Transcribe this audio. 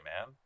man